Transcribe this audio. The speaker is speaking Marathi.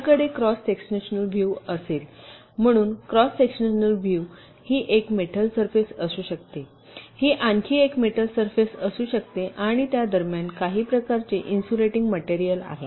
माझ्याकडे क्रॉस सेक्शनल व्ह्यू असेल म्हणून क्रॉस सेक्शनल व्ह्यू ही एक मेटल सरफेस असू शकते ही आणखी एक मेटल सरफेस असू शकते आणि त्या दरम्यान काही प्रकारचे इन्सुलेटिंग मटेरियल असेल